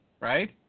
right